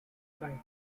kind